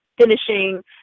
finishing